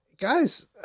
guys